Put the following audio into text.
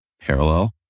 parallel